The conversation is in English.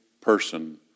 person